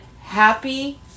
happy